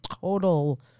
total